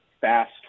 fast